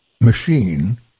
machine